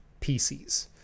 PCs